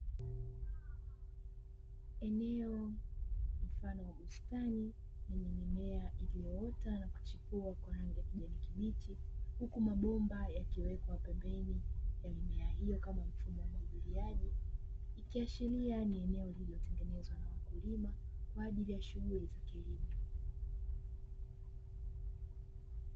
Eneo mfano wa bustani, lenye mimea iliyoota na kuchipua kwa rangi ya kijani kibichi huku mabomba yakiwekwa pembeni ya mimea hiyo kama mfumo wa umwagiliaji. Ikiashiria ni eneo lililotengenezwa na wakulima kwa ajili ya shughuli za kilimo.